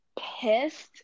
pissed